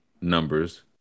numbers